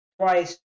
twice